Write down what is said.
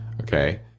Okay